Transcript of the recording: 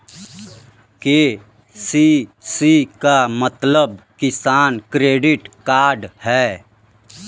KCC क मतलब किसान क्रेडिट कार्ड हौ